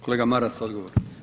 Kolega Maras, odgovor.